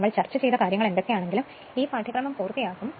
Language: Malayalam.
നമ്മൾ ചർച്ച ചെയ്ത കാര്യങ്ങൾ എന്തൊക്കെയാണെങ്കിലും ഈ പാഠ്യക്രമം പൂർത്തിയാകും